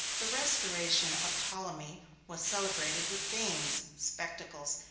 the restoration of ptolemy was celebrated with games, spectacles,